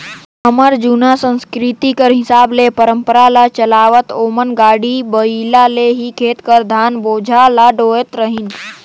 हमर जुनहा संसकिरती कर हिसाब ले परंपरा ल चलावत ओमन गाड़ा बइला ले ही खेत कर धान बोझा ल डोहत रहिन